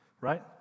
right